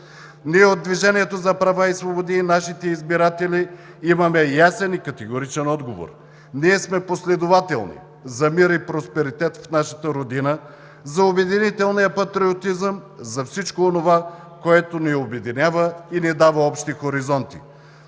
Ние от „Движението за права и свободи“ и нашите избиратели имаме ясен и категоричен отговор. Ние сме последователни за мир и просперитет в нашата родина, за обединителния патриотизъм, за всичко онова, което ни обединява и ни дава общи хоризонти.